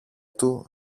του